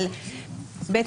אתה